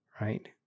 right